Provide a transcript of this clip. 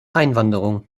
einwanderung